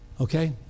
Okay